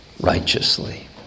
righteously